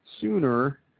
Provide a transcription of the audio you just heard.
sooner